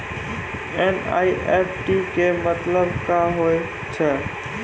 NEFT के मतलब का होव हेय?